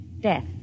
death